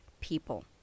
people